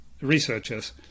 researchers